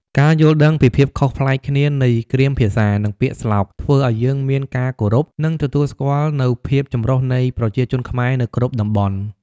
ការយល់ដឹងពីភាពខុសប្លែកគ្នានៃគ្រាមភាសានិងពាក្យស្លោកធ្វើឲ្យយើងមានការគោរព និងទទួលស្គាល់នូវភាពចម្រុះនៃប្រជាជនខ្មែរនៅគ្រប់តំបន់។